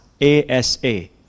A-S-A